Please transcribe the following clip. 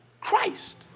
Christ